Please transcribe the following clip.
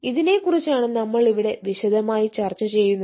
ഇതിനെക്കുറിച്ചാണ് നമ്മൾ ഇവിടെ വിശദമായി ചർച്ച ചെയ്യുന്നത്